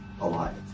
alive